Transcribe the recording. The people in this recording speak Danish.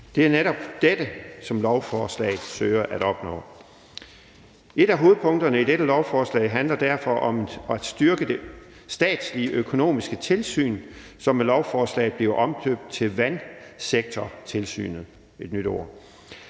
Det er netop dette, som lovforslaget søger at opnå. Et af hovedpunkterne i dette lovforslag handler derfor om at styrke det statslige økonomiske tilsyn, som med lovforslaget bliver omdøbt til Vandsektortilsynet – et nyt ord.